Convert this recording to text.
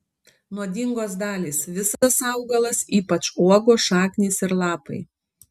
nuodingos dalys visas augalas ypač uogos šaknys ir lapai